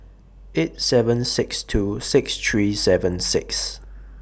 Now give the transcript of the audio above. eight seven six two six three seven six